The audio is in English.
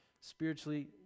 spiritually